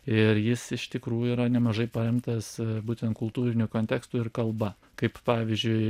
ir jis iš tikrųjų yra nemažai paremtas būtent kultūriniu kontekstu ir kalba kaip pavyzdžiui